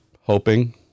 hoping